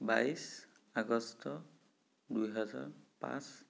বাইছ আগষ্ট দুহেজাৰ পাঁচ